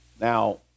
now